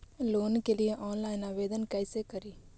Loan के लिये online आवेदन कैसे करि?